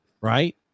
right